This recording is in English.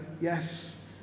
yes